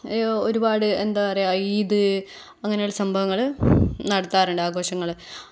അയ്യോ ഒരുപാട് എന്താ പറയുക ഈദ് അങ്ങനെയുള്ള സംഭവങ്ങൾ നടത്താറുണ്ട് ആഘോഷങ്ങൾ